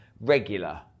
regular